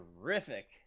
terrific